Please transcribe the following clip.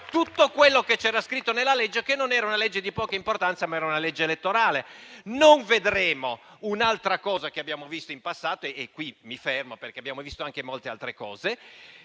tutto quello che c'era scritto nella legge, che non era una legge di poca importanza, ma era una legge elettorale. Non vedremo un'altra cosa che abbiamo visto in passato - e qui mi fermo perché abbiamo visto anche molte altre cose